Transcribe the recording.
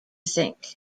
think